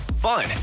Fun